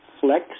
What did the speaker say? flex